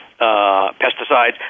Pesticides